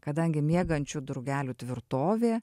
kadangi miegančių drugelių tvirtovė